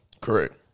Correct